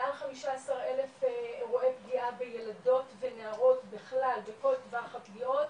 115,000 אירועי פגיעה בילדות ונערות בכלל בכל טווח הפגיעות